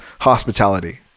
hospitality